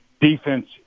Defense